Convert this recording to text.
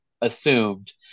assumed